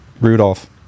Rudolph